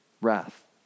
wrath